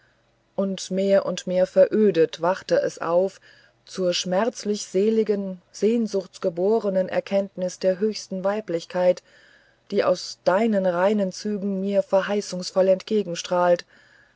und mehr und mehr verödet wachte es auf zur schmerzlich seligen sehnsuchtsgeborenen erkenntnis der höchsten weiblichkeit die aus deinen reinen zügen mir verheißungsvoll entgegenstrahlt